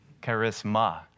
Charisma